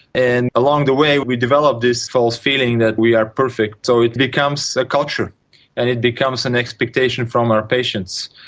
and along the way we develop this false feeling that we are perfect, so it becomes a culture and it becomes an expectation from our patients,